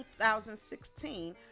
2016